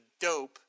dope